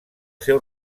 seu